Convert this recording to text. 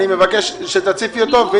אני מבקש שתציפי אותו.